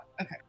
Okay